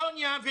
סוניה,